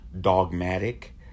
dogmatic